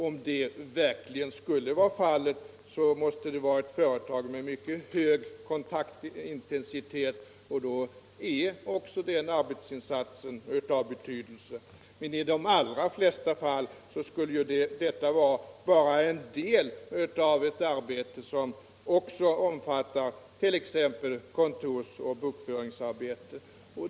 Om så verkligen skulle vara fallet, måste det gälla ett företag med mycket hög kontaktintensitet, och då är också den arbetsinsatsen av betydelse. Men i de allra flesta fall skulle detta bara vara en del av det arbete som också omfattar t.ex. kontorsoch bokföringsarbete.